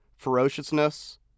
ferociousness